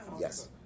Yes